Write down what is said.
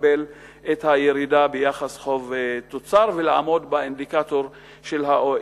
לקבל את הירידה ביחס חוב תוצר ולעמוד באינדיקטור של ה-OECD.